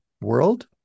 world